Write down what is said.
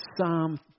Psalm